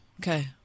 okay